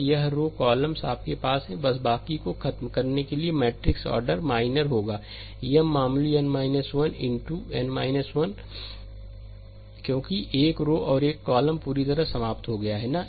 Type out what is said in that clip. तो यह row columns आपके पास हैं बस बाकी को खत्म करने के लिए मैट्रिक्स ऑर्डर माइनर होगा M मामूली n 1 इन टू n 1 क्योंकि एक रो और एक कॉलम पूरी तरह से समाप्त हो गया है है ना